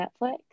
Netflix